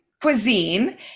cuisine